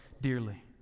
dearly